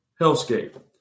hellscape